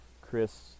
Chris